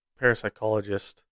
parapsychologist